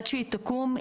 עד שהיא תקום,